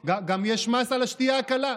גם יש מס על השתייה הקלה.